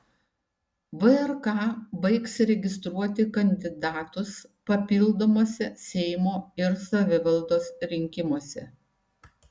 vrk baigs registruoti kandidatus papildomuose seimo ir savivaldos rinkimuose